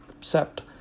accept